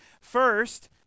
first